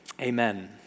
amen